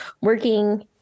working